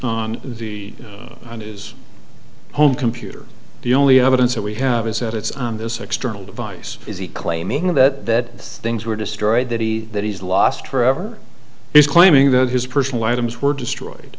on the on his home computer the only evidence that we have is that it's on this external device is he claiming that things were destroyed that he that he's lost forever is claiming that his personal items were destroyed